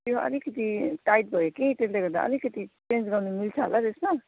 त्यो अलिकति टाइट भयो कि त्यसले गर्दा अलिकति चेन्ज गर्नु मिल्छ होला त्यसमा